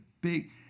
big